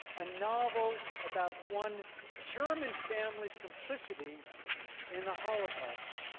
a novel about one german family's complicity in the holocaust.